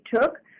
took